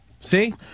See